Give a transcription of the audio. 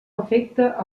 afecta